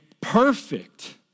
perfect